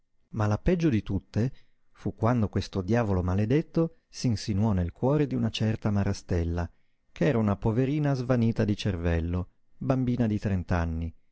ma la peggio di tutte fu quando questo diavolo maledetto s'insinuò nel cuore d'una certa marastella ch'era una poverina svanita di cervello bambina di